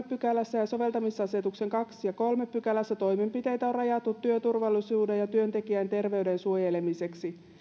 pykälässä ja soveltamisasetuksen toisessa ja kolmannessa pykälässä toimenpiteitä on rajattu työturvallisuuden ja työntekijän terveyden suojelemiseksi